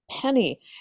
penny